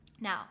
Now